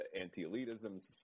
anti-elitism